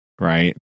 right